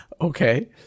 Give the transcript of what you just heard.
Okay